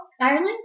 Ireland